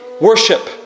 worship